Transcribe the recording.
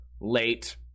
late